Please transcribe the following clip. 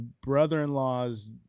brother-in-law's